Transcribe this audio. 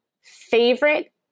Favorite